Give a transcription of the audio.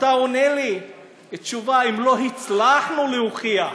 אתה עונה לי תשובה: אם לא הצלחנו להוכיח,